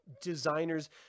designers